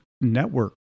network